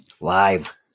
Live